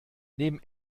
neben